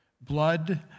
blood